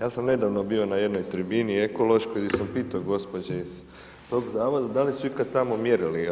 Ja sam nedavno bio na jednoj tribini ekološkoj gdje sam pitao gospođe iz tog zavoda da li su ikad tamo mjerili